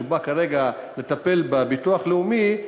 והוא בא כרגע לטפל בביטוח לאומי,